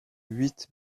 huit